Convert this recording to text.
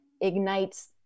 ignites